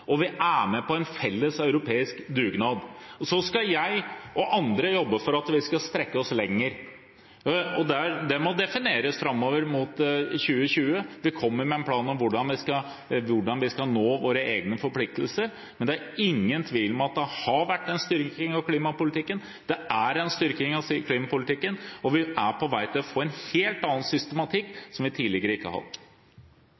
og vi er med på en felles europeisk dugnad. Så skal jeg og andre jobbe for at vi skal strekke oss lenger, og det må defineres framover mot 2020. Det kommer en plan om hvordan vi skal nå våre egne forpliktelser. Men det er ingen tvil om at det har vært en styrking av klimapolitikken, at det er en styrking av klimapolitikken, og at vi er på vei til å få en helt annen systematikk